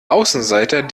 außenseiter